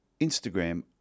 Instagram